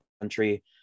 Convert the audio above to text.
country